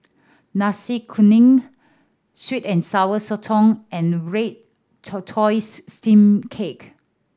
Nasi Kuning sweet and Sour Sotong and red tortoise steamed cake